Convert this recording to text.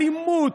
אלימות,